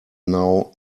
now